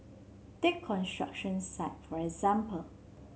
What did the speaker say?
take construction site for example